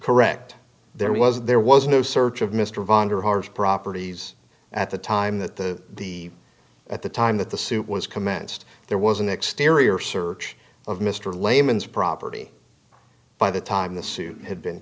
correct there was there was no search of mr vanderhorst properties at the time that the the at the time that the suit was commenced there was an exterior search of mr lehmann's property by the time the suit had been